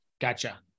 Gotcha